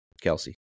Kelsey